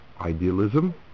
idealism